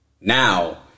Now